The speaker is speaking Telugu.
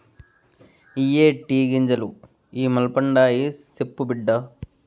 ఇయ్యే టీ గింజలు ఇ మల్పండాయి, సెప్పు బిడ్డా